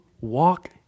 walk